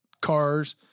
cars